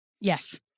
Yes